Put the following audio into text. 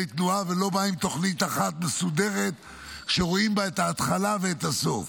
תנועה ולא בא עם תוכנית אחת מסודרת שרואים בה את ההתחלה ואת הסוף.